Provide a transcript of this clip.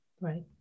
right